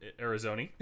Arizona